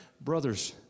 brothers